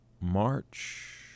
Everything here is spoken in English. March